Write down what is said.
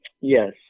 Yes